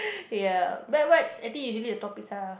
ya but what I think usually the topics are